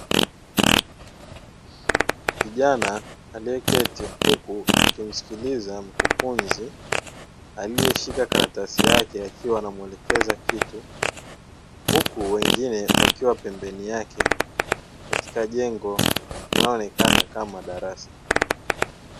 Kijana aliyeketi huku akimsikiliza mkufunzi aliyeshika karatasi yake akimueleza kitu huku wengine wakiwa pembeni yake katika jengo linaloonekana kama darasa.